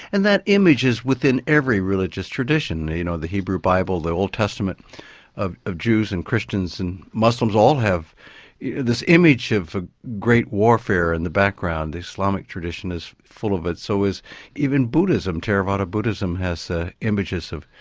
and that image is within every religious tradition, you know the hebrew bible, the old testament of of jews and christians and muslims all have this image of ah great warfare in the background. the islamic tradition is full of it, so is even buddhism, theravada buddhism has ah images of,